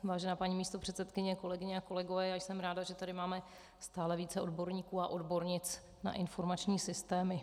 Vážená paní místopředsedkyně, kolegyně a kolegové, já jsem ráda, že tady máme stále více odborníků a odbornic na informační systémy.